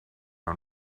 own